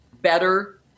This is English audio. better